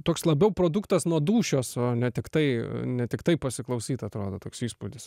toks labiau produktas nuo dūšios o ne tiktai ne tiktai pasiklausyt atrodo toks įspūdis